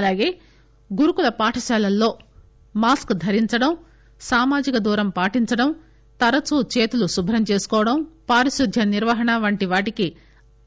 అలాగే గురుకుల పాఠశాలల్లో మాస్క్ ధరించడం సామాజిక దూరం పాటించడం తరచూ చేతులు కుభ్రం చేసుకోవడం పారిశుధ్ధ్య నిర్వహణ వంటి వాటికి